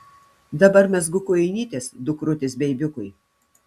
dabar mezgu kojinytes dukrutės beibiukui